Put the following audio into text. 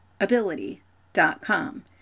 ability.com